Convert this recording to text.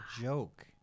joke